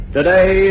Today